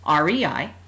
REI